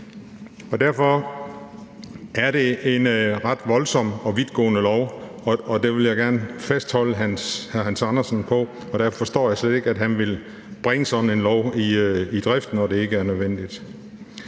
Derfor er det et ret voldsomt og vidtgående lovforslag – det vil jeg gerne fastholde hr. Hans Andersen på – og derfor forstår jeg slet ikke, at han vil bringe sådan et lovforslag i drift, når det ikke er nødvendigt.